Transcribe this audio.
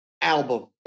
album